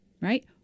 right